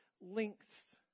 Lengths